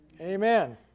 Amen